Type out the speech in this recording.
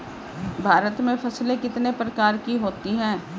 भारत में फसलें कितने प्रकार की होती हैं?